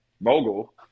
mogul